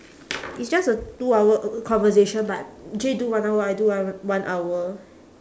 it's just a two hour conversation but actually do one hour I do one one hour